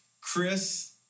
Chris